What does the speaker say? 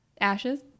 Ashes